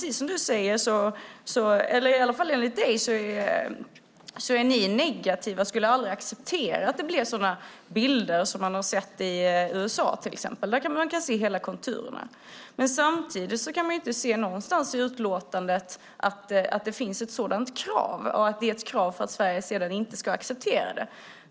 I alla fall enligt dig är ni negativa och skulle aldrig acceptera att det blir sådana bilder som man har sett i till exempel USA. Där kan man se hela konturerna. Samtidigt kan jag inte se någonstans i utlåtandet att det finns ett sådant krav och att det är ett krav för att Sverige sedan ska acceptera det.